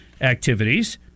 activities